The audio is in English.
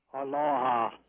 Aloha